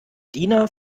diener